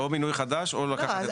או מינוי חדש או לקחת את הקיימים.